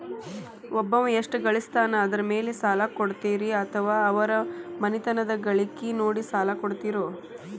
ಒಬ್ಬವ ಎಷ್ಟ ಗಳಿಸ್ತಾನ ಅದರ ಮೇಲೆ ಸಾಲ ಕೊಡ್ತೇರಿ ಅಥವಾ ಅವರ ಮನಿತನದ ಗಳಿಕಿ ನೋಡಿ ಸಾಲ ಕೊಡ್ತಿರೋ?